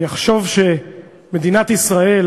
יחשוב שמדינת ישראל